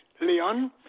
Leon